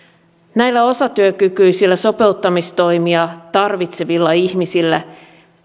näillä osatyökykyisillä sopeuttamistoimia tarvitsevilla ihmisillä